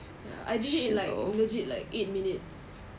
I did it in like legit like eight minutes